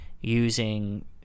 using